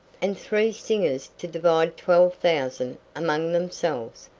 and three singers to divide twelve thousand among themselves!